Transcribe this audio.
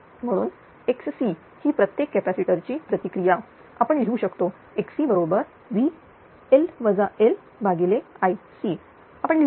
म्हणून XC ही प्रत्येक कॅपॅसिटर ची प्रतिक्रिया आपण लिहू शकतो XC बरोबर VL LIc आपण लिहू शकतो